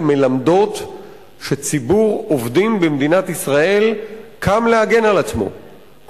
מלמדות שציבור עובדים במדינת ישראל קם להגן על עצמו,